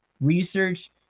research